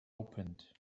opened